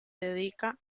dedica